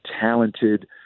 talented